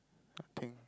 nothing